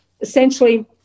essentially